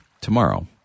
tomorrow